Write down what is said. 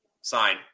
sign